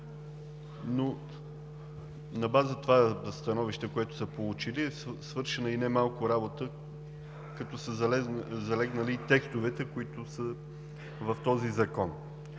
На база становището, което са получили, е свършена и немалко работа. Залегнали са и текстовете, които са в този закон.